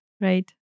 right